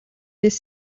les